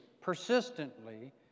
persistently